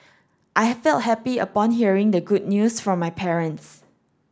I felt happy upon hearing the good news from my parents